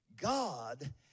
God